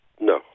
No